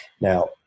Now